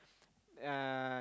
uh